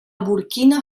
burkina